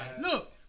Look